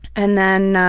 and then,